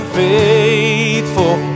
faithful